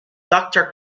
doctor